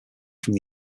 from